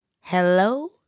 Hello